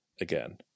again